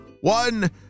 one